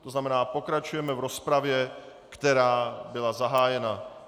To znamená, pokračujeme v rozpravě, která byla zahájena.